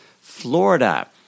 Florida